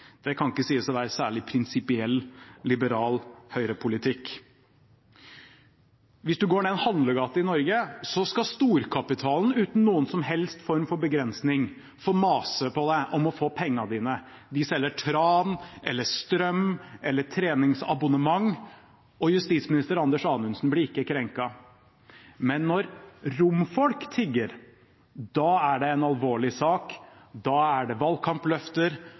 Det kan ikke sies å være særlig prinsipiell, liberal høyrepolitikk. Hvis man går ned en handlegate i Norge, skal storkapitalen, uten noen som helst form for begrensning, få mase på deg om å få pengene dine. De selger tran, strøm eller treningsabonnement, og justisminister Anders Anundsen blir ikke krenket. Men når romfolk tigger, da er det en alvorlig sak, da er det valgkampløfter,